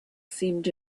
seemed